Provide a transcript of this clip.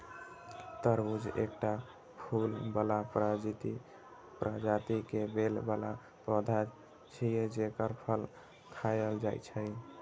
तरबूज एकटा फूल बला प्रजाति के बेल बला पौधा छियै, जेकर फल खायल जाइ छै